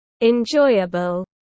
enjoyable